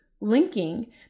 linking